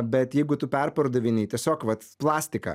bet jeigu tu perpardavinėji tiesiog vat plastiką